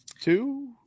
two